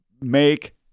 make